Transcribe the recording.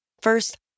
first